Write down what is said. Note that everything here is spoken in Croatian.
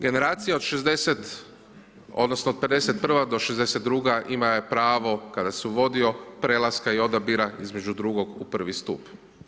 Generacija od 60 odnosno od '51. do '62. ima pravo kad se uvodio, prelaska i odabira između drugog u prvi stup.